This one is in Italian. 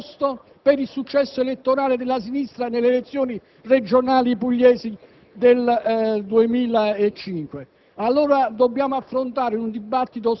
è stato anche il presupposto per il successo elettorale della sinistra nelle elezioni regionali pugliesi del 2005.